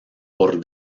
por